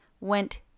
went